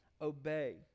obey